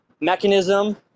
mechanism